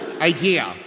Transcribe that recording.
idea